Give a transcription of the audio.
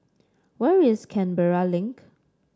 where is Canberra Link